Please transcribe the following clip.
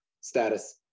status